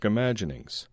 Imaginings